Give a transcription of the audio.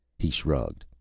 he shrugged.